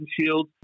shield